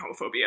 homophobia